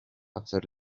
after